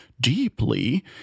deeply